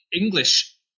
English